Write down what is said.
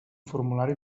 formulari